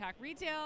Retail